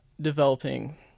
developing